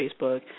Facebook